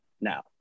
now